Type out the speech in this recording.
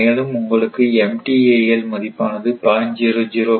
மேலும் உங்களுக்கு MTIL மதிப்பானது 0